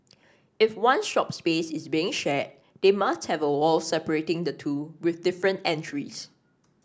if one shop space is being shared they must have a wall separating the two with different entries